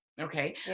okay